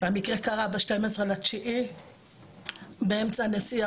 המקרה קרה ב- 12.9 באמצע נסיעה,